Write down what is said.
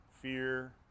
fear